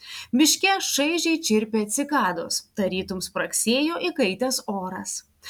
miške šaižiai čirpė cikados tarytum spragsėjo įkaitęs oras